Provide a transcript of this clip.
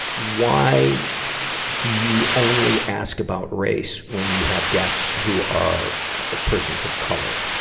why do you only ask about race when you have guests who are persons of color?